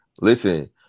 listen